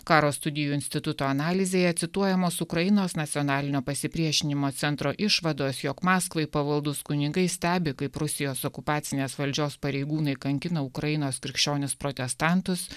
karo studijų instituto analizėje cituojamos ukrainos nacionalinio pasipriešinimo centro išvados jog maskvai pavaldūs kunigai stebi kaip rusijos okupacinės valdžios pareigūnai kankina ukrainos krikščionis protestantus